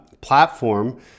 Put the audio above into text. platform